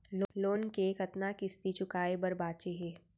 Loan के कतना किस्ती चुकाए बर बांचे हे?